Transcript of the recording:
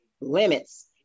limits